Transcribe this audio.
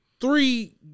three